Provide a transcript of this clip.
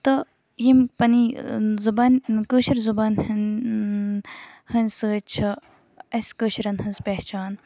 تہٕ یِم پَنٕنۍ زبان کٲشٕر زُبان ہُند ہٕندۍ سۭتۍ چھِ اَسہِ کٲشرٮ۪ن ہٕنٛز پہچان